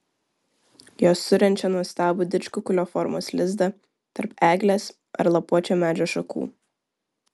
jos surenčia nuostabų didžkukulio formos lizdą tarp eglės ar lapuočio medžio šakų